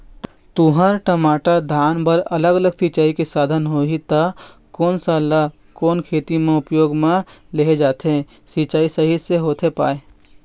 तुंहर, टमाटर, धान बर अलग अलग सिचाई के साधन होही ता कोन सा ला कोन खेती मा उपयोग मा लेहे जाथे, सिचाई सही से होथे पाए?